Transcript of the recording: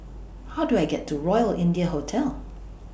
How Do I get to Royal India Hotel